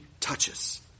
touches